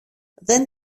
δεν